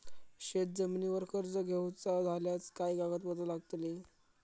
शेत जमिनीवर कर्ज घेऊचा झाल्यास काय कागदपत्र लागतली?